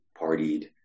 partied